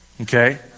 Okay